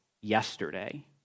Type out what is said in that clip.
yesterday